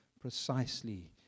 precisely